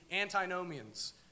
antinomians